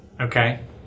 Okay